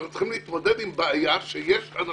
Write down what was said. אנחנו צריכים להתמודד עם בעיה שיש אנשים,